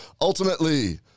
ultimately